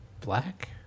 black